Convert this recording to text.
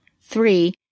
Three